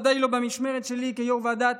ודאי לא במשמרת שלי כיו"ר ועדת